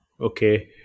Okay